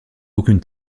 aucune